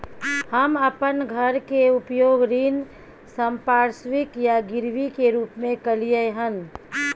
हम अपन घर के उपयोग ऋण संपार्श्विक या गिरवी के रूप में कलियै हन